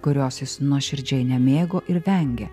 kurios jis nuoširdžiai nemėgo ir vengė